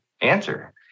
answer